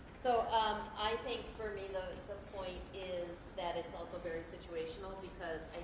so ah um i think for me the point is that it's also very situational because